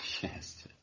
Yes